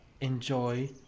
enjoy